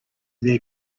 their